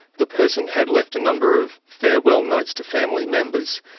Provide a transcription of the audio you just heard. the person had left a number of farewell notes to family members,